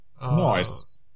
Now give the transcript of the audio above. Nice